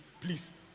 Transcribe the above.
please